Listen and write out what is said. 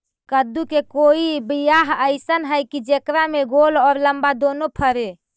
कददु के कोइ बियाह अइसन है कि जेकरा में गोल औ लमबा दोनो फरे?